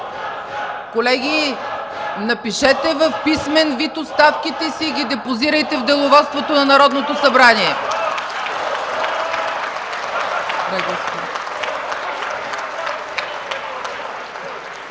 Колеги, напишете в писмен вид оставките си и ги депозирайте в Деловодството на Народното събрание!